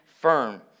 firm